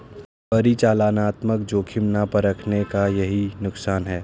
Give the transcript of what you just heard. परिचालनात्मक जोखिम ना परखने का यही नुकसान है